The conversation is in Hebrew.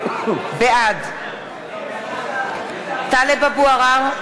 בעד טלב אבו עראר,